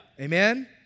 Amen